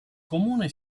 comune